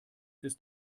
ist